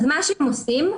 מה שהם עושים,